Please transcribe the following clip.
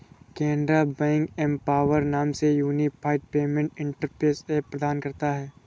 Canara Bank empower नाम से unified payment interface app प्रदान करता हैं